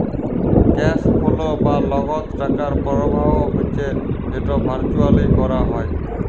cash flow বা লগদ টাকার পরবাহ হচ্যে যেট ভারচুয়ালি ক্যরা হ্যয়